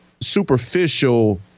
superficial